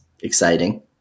exciting